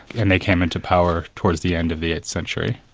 and they came into power towards the end of the eighth century.